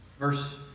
Verse